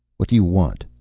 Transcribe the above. what do you want?